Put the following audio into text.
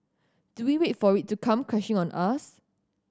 do we wait for it to come crashing on us